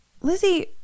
Lizzie